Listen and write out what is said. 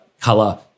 color